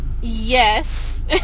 Yes